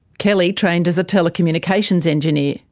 kelly trained as a telecommunications engineer.